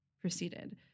proceeded